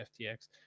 FTX